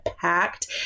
packed